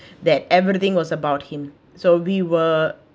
that everything was about him so we were